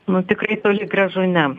nu tikrai toli gražu ne